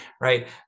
right